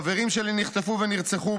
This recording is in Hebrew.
חברים שלי נחטפו ונרצחו,